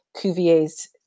Cuvier's